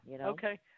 okay